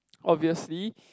obviously